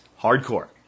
hardcore